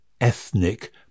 ethnic